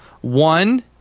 one